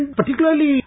particularly